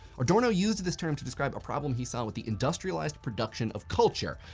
adorno used this term to describe a problem he saw with the industrialized production of culture,